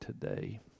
today